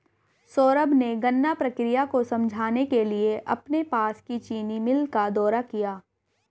सौरभ ने गन्ना प्रक्रिया को समझने के लिए अपने पास की चीनी मिल का दौरा किया